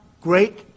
great